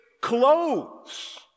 clothes